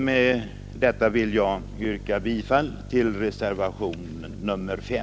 Med detta vill jag yrka bifall till reservationen 5.